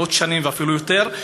מאות שנים ואפילו יותר,